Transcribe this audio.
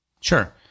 Sure